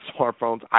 smartphones